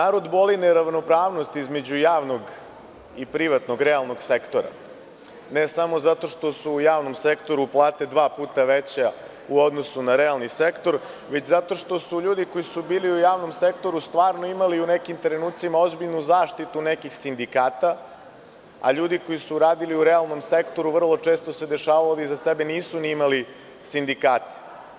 Narod boli neravnopravnost između javnog i privatnog, realnog sektora, ne samo što su u javnom sektoru plate dva puta veće u odnosu na realni sektor, već zato što su ljudi koji su bili u javnom sektoru stvarno imali u nekim trenucima ozbiljnu zaštitu nekih sindikata, a ljudi koji su radili u realnom sektoru vrlo često iza sebe nisu ni imali sindikate.